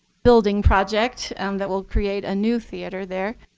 building project that will create a new theater there.